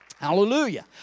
Hallelujah